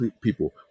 people